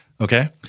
Okay